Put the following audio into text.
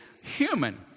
human